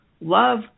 love